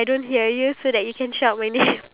I'm always hungry